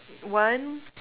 one